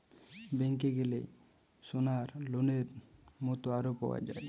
ব্যাংকে গ্যালে সোনার লোনের মত আরো পাওয়া যায়